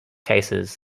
cases